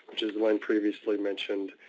which is one previously mentioned,